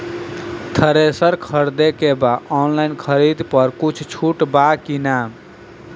Thresher खरीदे के बा ऑनलाइन खरीद पर कुछ छूट बा कि न?